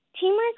Teamwork